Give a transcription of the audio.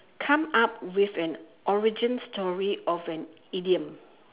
come up with an origin story of an idiom